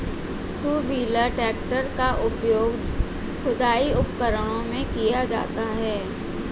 to wheeler tractor का प्रयोग खुदाई उपकरणों में किया जाता हैं